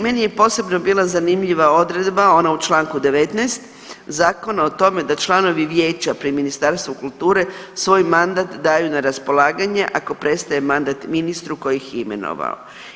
Meni je posebno bila zanimljiva odredba ona u čl. 19. zakona o tome da članovi vijeća pri Ministarstvu kulture svoj mandat daju na raspolaganje ako prestaje mandat ministru koji ih je imenovao.